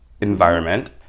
environment